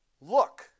look